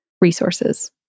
resources